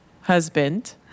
husband